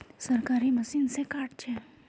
सरकारी मशीन से कार्ड छै?